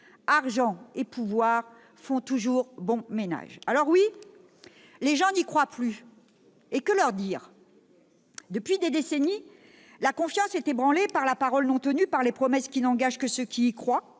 Argent et pouvoir font toujours bon ménage. Alors oui, les gens n'y croient plus, et que leur dire ? Depuis des décennies, la confiance est ébranlée par la parole non tenue, par les promesses qui n'engagent que ceux qui y croient.